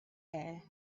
air